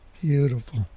beautiful